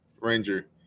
Ranger